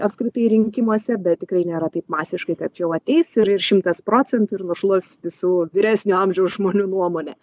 apskritai rinkimuose bet tikrai nėra taip masiškai kad čia jau ateis ir šimtas procentų ir nušluos visų vyresnio amžiaus žmonių nuomonę